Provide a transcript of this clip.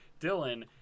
Dylan